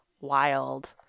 wild